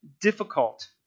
difficult